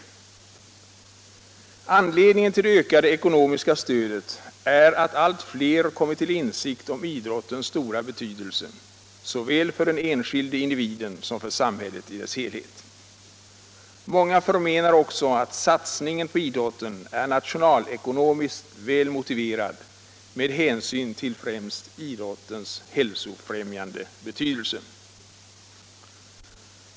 Anledningen till det ökade ekonomiska stödet är att allt fler kommit till insikt om idrottens stora betydelse, såväl för den enskilde individen som för samhället i dess helhet. Många förmenar också att satsningen på idrotten är nationalekonomiskt väl motiverad med hänsyn främst till idrottens hälsofrämjande betydelse.